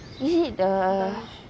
is it the